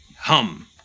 Hum